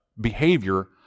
Behavior